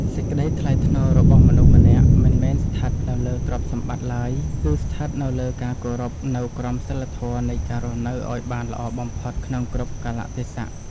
សេចក្តីថ្លៃថ្នូររបស់មនុស្សម្នាក់មិនមែនស្ថិតនៅលើទ្រព្យសម្បត្តិឡើយ គឺ ស្ថិតនៅលើការគោរពនូវក្រមសីលធម៌នៃការរស់នៅឱ្យបានល្អបំផុតក្នុងគ្រប់កាលៈទេសៈ។